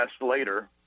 later